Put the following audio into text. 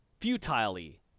futilely